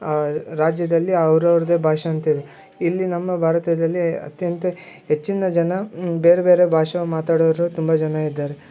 ಆ ರಾಜ್ಯದಲ್ಲಿ ಅವ್ರ ಅವ್ರದೇ ಭಾಷೆ ಅಂತಿದೆ ಇಲ್ಲಿ ನಮ್ಮ ಭಾರತದಲ್ಲಿ ಅತ್ಯಂತ ಹೆಚ್ಚಿನ ಜನ ಬೇರೆ ಬೇರೆ ಭಾಷೆ ಮಾತಾಡೋರು ತುಂಬ ಜನ ಇದ್ದಾರೆ